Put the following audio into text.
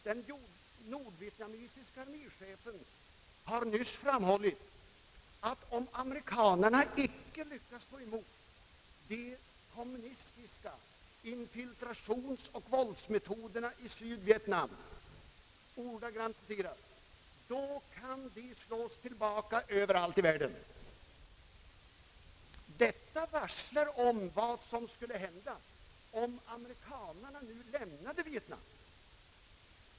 Den nordvietnamesiske arméchefen har framhållit, att om amerikanarna icke lyckas stå emot de kommunistiska infiltrationsoch våldsmetoderna i Vietnam, »då kan de slås tillbaka överallt i världen». Detta varslar om vad som skulle hända om amerikanarna nu lämnar Vietnam.